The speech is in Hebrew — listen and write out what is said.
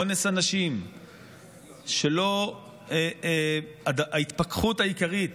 אונס הנשים, שלא נסטה מההתפכחות העיקרית,